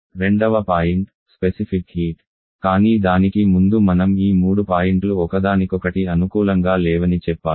రెండవ point specific heat కానీ దానికి ముందు మనం ఈ మూడు పాయింట్లు ఒకదానికొకటి అనుకూలంగా లేవని చెప్పాలి